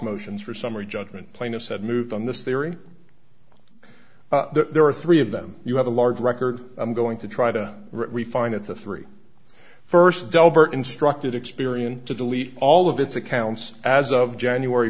motions for summary judgment plaintiff said move on this theory there are three of them you have a large record i'm going to try to refine it the three first delbert instructed experian to delete all of its accounts as of january